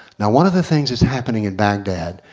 now one of the things that's happening in baghdad,